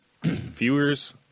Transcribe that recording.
viewers